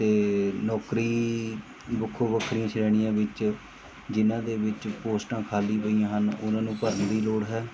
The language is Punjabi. ਅਤੇ ਨੌਕਰੀ ਵੱਖੋ ਵੱਖਰੀਆਂ ਸ਼੍ਰੇਣੀਆਂ ਵਿੱਚ ਜਿਨ੍ਹਾਂ ਦੇ ਵਿੱਚ ਪੋਸਟਾਂ ਖਾਲੀ ਪਈਆਂ ਹਨ ਉਹਨਾਂ ਨੂੰ ਭਰਨ ਦੀ ਲੋੜ ਹੈ